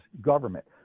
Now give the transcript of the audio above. government